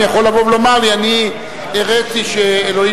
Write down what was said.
אנחנו רק נבדוק אם אכן שר האוצר,